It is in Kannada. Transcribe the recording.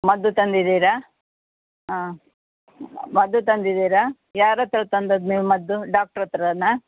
ಮದ್ದು ತಂದಿದ್ದೀರಾ ಆ ಆ ಮದ್ದು ತಂದಿದ್ದೀರಾ ಯಾರ ಹತ್ರ ತಂದದ್ದು ನೀವು ಮದ್ದು ಡಾಕ್ಟ್ರ್ ಹತ್ತಿರಾನಾ